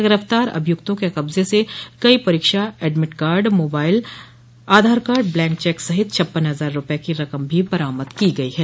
गिरफ्तार अभियुक्तों के कब्ज से कई परीक्षा admit card mobile Aadhaar card blank cheque सहित छप्पन हजार रूपये की रकम भी बरामद की गई है